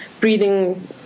breathing